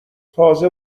تازه